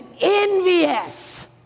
envious